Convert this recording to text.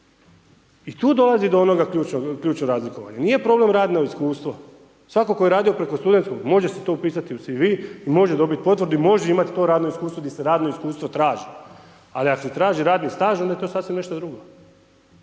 I tu dolazi do onoga ključnog razlikovanja. Nije problem radno iskustvo, svatko tko je radio preko studentskog, može si to upisati u CV i može dobiti potvrdu i može imati to radno iskustvo gdje se radno iskustvo traži. Ali ako se traži radni staž onda je to sasvim nešto drugo.